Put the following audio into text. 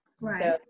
right